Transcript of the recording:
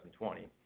2020